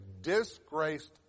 disgraced